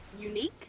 unique